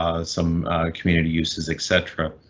ah some community uses, etc.